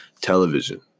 television